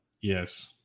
Yes